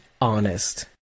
honest